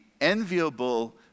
enviable